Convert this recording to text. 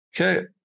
Okay